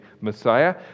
Messiah